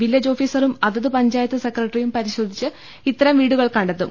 village ഓഫീസറും അതത് പഞ്ചായത്ത് സെക്രട്ടറിയും പരി ശോധിച്ച് ഇത്തരം വീടുകൾ കണ്ടെത്തും